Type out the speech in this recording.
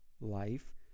life